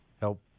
help